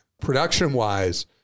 production-wise